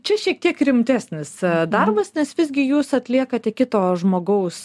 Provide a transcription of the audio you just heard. čia šiek tiek rimtesnis darbas nes visgi jūs atliekate kito žmogaus